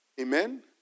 Amen